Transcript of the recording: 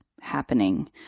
happening